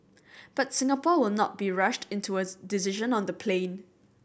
but Singapore will not be rushed into as decision on the plane